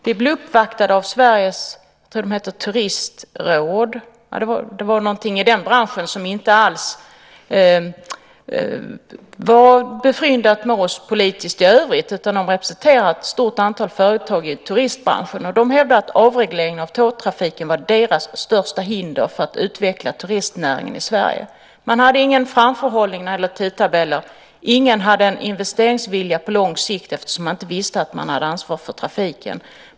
Vi blev uppvaktade av Sveriges Rese och Turistråd. Det är en bransch som politiskt inte är befryndad med oss, utan de representerar ett stort antal företag i turistbranschen. De hävdade att avregleringen av tågtrafiken var deras största hinder för att utveckla turistnäringen i Sverige. Man kunde inte ha någon framförhållning när det gällde tidtabeller, ingen hade investeringsvilja på lång sikt eftersom man inte visste om man kunde ta ansvar för trafiken.